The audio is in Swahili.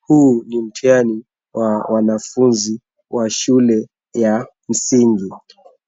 Huu ni mtihani wa wanafunzi wa shule ya msingi,